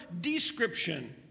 description